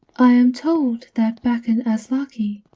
i am told that back in azlaki,